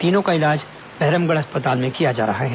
तीनों का इलाज भैरमगढ़ अस्पताल में किया जा रहा है